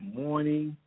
morning